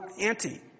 anti